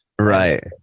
right